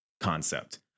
concept